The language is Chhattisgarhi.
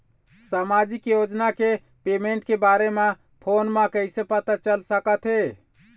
सामाजिक योजना के पेमेंट के बारे म फ़ोन म कइसे पता चल सकत हे?